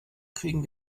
kriegen